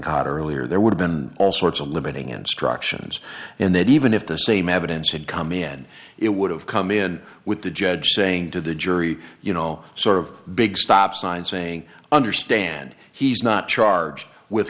caught earlier there would have been all sorts of limiting instructions and that even if the same evidence had come in it would have come in with the judge saying to the jury you know sort of big stop sign saying understand he's not charged with